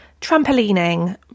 trampolining